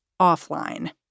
offline